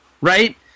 right